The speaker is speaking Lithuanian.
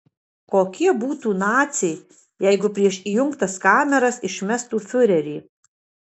kokie būtų naciai jeigu prieš įjungtas kameras išmestų fiurerį